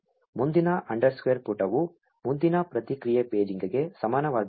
ಆದ್ದರಿಂದ ಮುಂದಿನ ಅಂಡರ್ಸ್ಕೋರ್ ಪುಟವು ಮುಂದಿನ ಪ್ರತಿಕ್ರಿಯೆ ಪೇಜಿಂಗ್ಗೆ ಸಮಾನವಾಗಿರುತ್ತದೆ